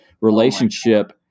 relationship